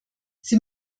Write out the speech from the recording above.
sie